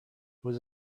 was